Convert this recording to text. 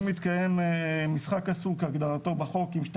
אם מתקיים משחק אסור כהגדרתו בחוק עם שני